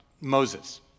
Moses